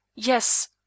Yes